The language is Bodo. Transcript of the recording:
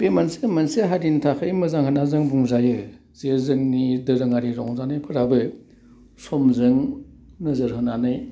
बे मोनसे मोनसे हारिनि थाखाइ मोजां होन्ना जों बुंजायो जे जोंनि दोरोङारि रंजानायफोराबो समजों नोजोर होनानै